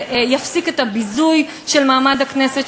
זה יפסיק את הביזוי של מעמד הכנסת,